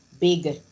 big